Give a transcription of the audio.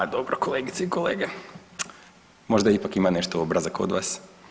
Pa dobro kolegice i kolege, možda ipak ima nešto obraza kod vas.